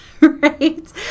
right